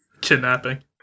kidnapping